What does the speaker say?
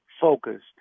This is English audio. focused